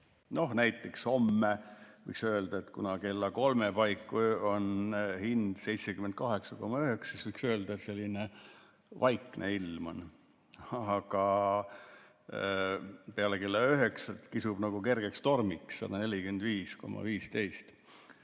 Näiteks homme võiks öelda, et kuna kella kolme paiku on hind 78,9, siis võiks öelda, et selline vaikne ilm on. Aga peale kella üheksat kisub nagu kergeks tormiks, 145,15.